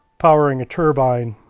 powering a turbine.